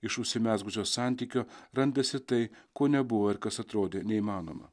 iš užsimezgusio santykio randasi tai ko nebuvo ir kas atrodė neįmanoma